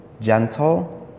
gentle